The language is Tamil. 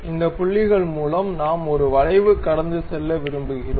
இந்த புள்ளிகள் மூலம் நாம் ஒரு வளைவு கடந்து செல்ல விரும்புகிறோம்